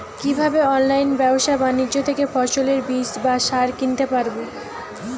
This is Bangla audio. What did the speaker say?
কীভাবে অনলাইন ব্যাবসা বাণিজ্য থেকে ফসলের বীজ বা সার কিনতে পারবো?